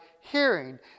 hearing